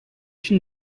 une